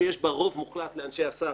שיש בה רוב מוחלט לאנשי השר.